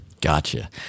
Gotcha